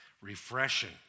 refreshing